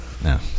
No